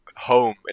Home